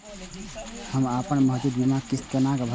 हम अपन मौजूद बीमा किस्त केना भरब?